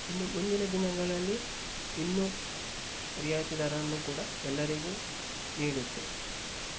ಇನ್ನು ಮುಂದಿನ ದಿನಗಳಲ್ಲಿ ಇನ್ನೂ ರಿಯಾಯಿತಿ ದರವನ್ನು ಕೂಡ ಎಲ್ಲರಿಗೂ ನೀಡುತ್ತೆ